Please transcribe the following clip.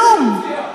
כלום.